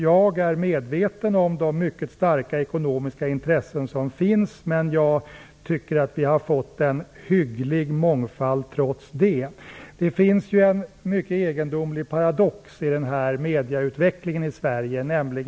Jag är medveten om de mycket starka ekonomiska intressen som finns, men jag tycker att vi trots det har fått en hygglig mångfald. Det finns en mycket egendomlig paradox i medieutvecklingen i Sverige.